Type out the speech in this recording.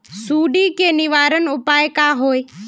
सुंडी के निवारण उपाय का होए?